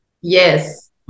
Yes